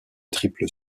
triple